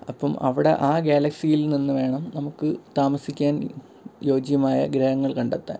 അപ്പം അവിടെ ആ ഗാലക്സിയിൽ നിന്നു വേണം നമുക്ക് താമസിക്കാൻ യോജ്യമായ ഗ്രഹങ്ങൾ കണ്ടെത്താൻ